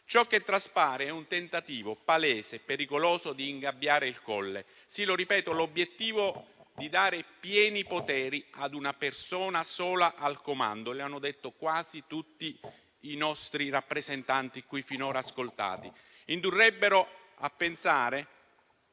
Ciò che traspare è un tentativo palese e pericoloso di ingabbiare il Colle. Sì, lo ripeto: l'obiettivo è di dare i pieni poteri a una persona sola al comando; lo hanno detto quasi tutti i nostri rappresentanti qui finora ascoltati. Pertanto